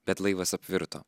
bet laivas apvirto